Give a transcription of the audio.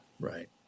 Right